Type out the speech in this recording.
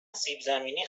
سیبزمینی